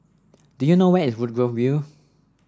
do you know where is Woodgrove View